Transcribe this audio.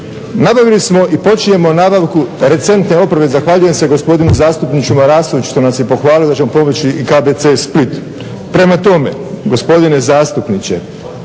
Nabavili smo i počinjemo nabavku recentne opreme, zahvaljujem se gospodinu zastupniku Marasoviću što nas je pohvalio da ćemo pomoći i KBC-u Split. Prema tome, gospodine zastupniče,